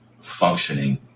functioning